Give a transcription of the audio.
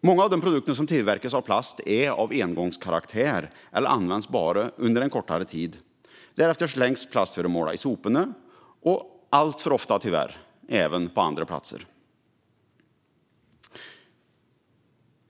Många av de produkter som tillverkas av plast är av engångskaraktär eller används bara under en kortare tid. Därefter slängs plastföremålen i soporna och tyvärr alltför ofta även på andra platser.